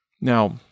Now